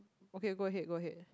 okay go ahead go ahead